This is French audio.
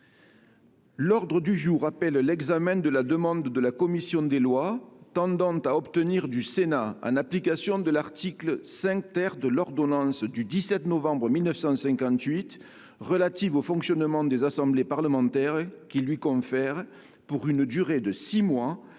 L’ordre du jour appelle l’examen d’une demande de la commission des lois tendant à obtenir du Sénat, en application de l’article 5 de l’ordonnance n° 58 1100 du 17 novembre 1958 relative au fonctionnement des assemblées parlementaires, qu’il lui confère, pour une durée de six mois,